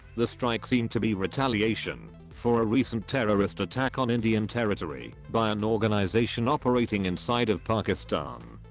the strike seemed to be retaliation, for a recent terrorist attack on indian territory, by an organisation operating inside of pakistan.